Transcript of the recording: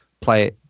play